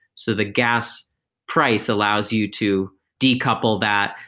so the gas price allows you to decouple that.